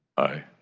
i